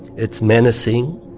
it's menacing.